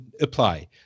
apply